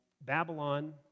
Babylon